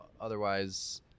otherwise